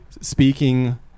speaking